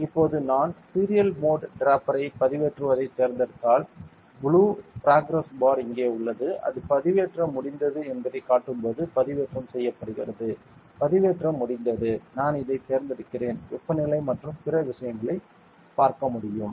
இப்போது நான் serial mode டிராஃப்டரைப் பதிவேற்றுவதைத் தேர்ந்தெடுத்தால் ப்ளூ ப்ராக்ரஸ் பார் இங்கே உள்ளது அது பதிவேற்றம் முடிந்தது என்பதை காட்டும்போது பதிவேற்றம் செய்யப்படுகிறது பதிவேற்றம் முடிந்தது நான் இதைத் தேர்ந்தெடுக்கிறேன் வெப்பநிலை மற்றும் பிற விஷயங்களைச் பார்க்க முடியும்